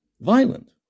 violent